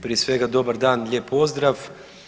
Prije svega dobar dan, lijep pozdrav.